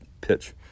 pitch